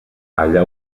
allà